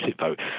vote